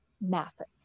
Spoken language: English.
massive